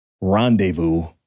rendezvous